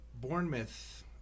Bournemouth